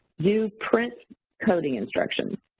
do print coding instructions.